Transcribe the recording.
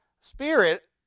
spirit